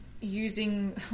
using